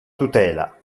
tutela